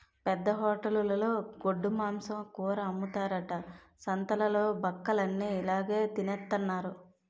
పెద్ద హోటలులో గొడ్డుమాంసం కూర అమ్ముతారట సంతాలలోన బక్కలన్ని ఇలాగె తినెత్తన్నారు